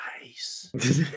Nice